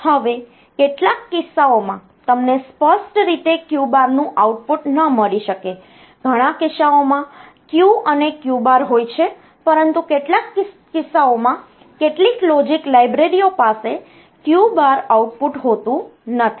હવે કેટલાક કિસ્સાઓમાં તમને સ્પષ્ટ રીતે Q બારનું આઉટપુટ ન મળી શકે ઘણા કિસ્સાઓમાં Q અને Q બાર હોય છે પરંતુ કેટલાક કિસ્સાઓમાં કેટલીક લોજિક લાઇબ્રેરી ઓ પાસે Q બાર આઉટપુટ હોતું નથી